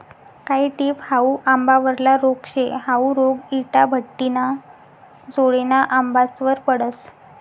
कायी टिप हाउ आंबावरला रोग शे, हाउ रोग इटाभट्टिना जोडेना आंबासवर पडस